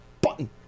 button